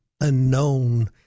unknown